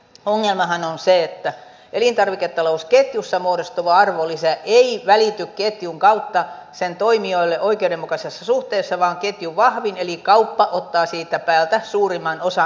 ongelmahan on se että elintarviketalousketjussa muodostuva arvonlisä ei välity ketjun kautta sen toimijoille oikeudenmukaisessa suhteessa vaan ketjun vahvin eli kauppa ottaa siitä päältä suurimman osan